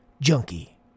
Junkie